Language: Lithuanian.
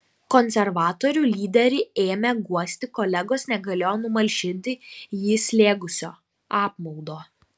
konservatorių lyderį ėmę guosti kolegos negalėjo numalšinti jį slėgusio apmaudo